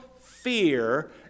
fear